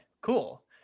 cool